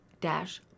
dash